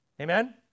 Amen